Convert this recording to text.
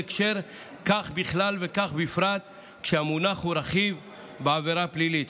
כך בכלל וכך בפרט כשהמונח הוא רכיב בעבירה פלילית.